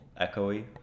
echoey